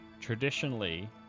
traditionally